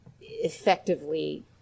effectively